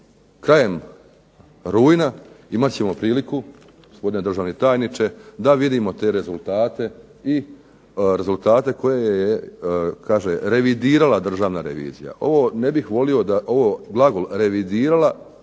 krajem rujna imat ćemo priliku gospodine državni tajniče da vidimo te rezultate i rezultata koje je revidirala Državna revizija. Ovo ne bih volio ovaj glagol revidirala